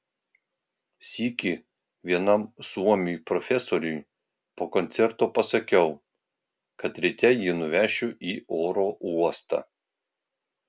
sykį vienam suomiui profesoriui po koncerto pasakiau kad ryte jį nuvešiu į oro uostą